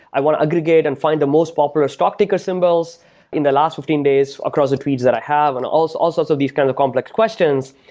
i want to aggregate and find the most popular stock ticker symbols in the last fifteen days across the tweets that i have and all all sorts of these kinds of complex questions.